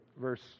verse